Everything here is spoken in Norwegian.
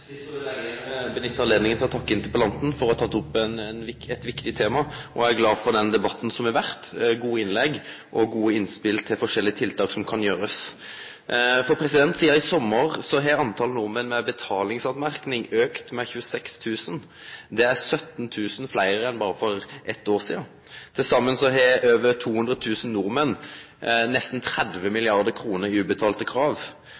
anledninga til å takke interpellanten for å ha teke opp eit viktig tema. Eg er glad for den debatten som har vore, med gode innlegg og gode innspel til ulike tiltak som kan gjerast. Sidan i sommar har talet på nordmenn som har betalingsmerknader, auka med 26 000. Det er 17 000 fleire enn for berre eitt år sidan. Til saman har over 200 000 nordmenn nesten 30 mill. kr i ubetalte krav.